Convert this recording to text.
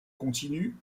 continuent